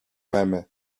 memy